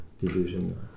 division